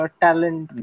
talent